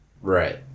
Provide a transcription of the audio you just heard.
Right